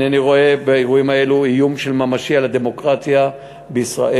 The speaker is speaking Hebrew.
הנני רואה באירועים האלה איום ממשי על הדמוקרטיה בישראל,